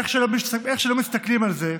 איך שלא מסתכלים על זה,